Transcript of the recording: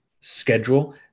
schedule